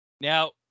Now